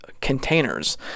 containers